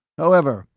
however,